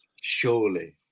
surely